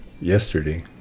yesterday